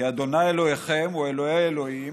כי ה' אלהיכם הוא אלהי האלהים